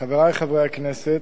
חברי חברי הכנסת,